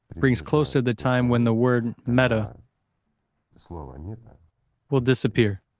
brings closer the time when the word meta so and will disappear,